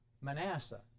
Manasseh